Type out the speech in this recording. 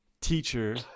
teacher